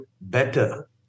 better